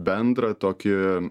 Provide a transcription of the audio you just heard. bendrą tokį